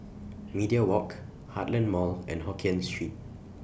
Media Walk Heartland Mall and Hokkien Street